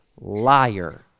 liar